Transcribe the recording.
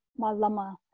ma'lama